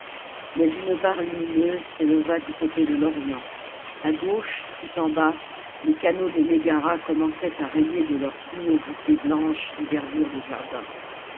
mais une barre lumineuse s'éleva du côté de l'orient a gauche tout en bas les canaux de mégara commençaient à rayer de leurs sinuosités blanches les verdures